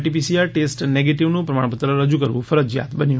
TPCR test નેગેટિવનું પ્રમાણપત્ર રજૂ કરવું ફરજિયાત બન્યું